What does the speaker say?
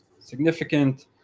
significant